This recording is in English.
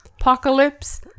apocalypse